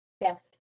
best